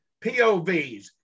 POVs